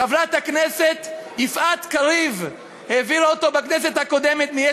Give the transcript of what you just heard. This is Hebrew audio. חברת הכנסת יפעת קריב מיש עתיד העבירה אותו בכנסת הקודמת.